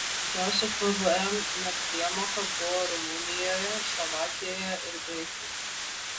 didžiausia pvm nepriemoka buvo rumunijoje slovakijoje ir graikijoje